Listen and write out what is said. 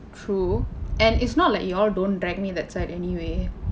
true and it's not like you all don't drag me that side anyway